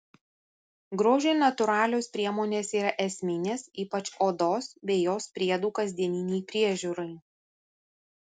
grožiui natūralios priemonės yra esminės ypač odos bei jos priedų kasdieninei priežiūrai